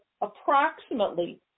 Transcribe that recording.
approximately